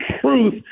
truth